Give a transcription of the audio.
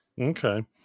okay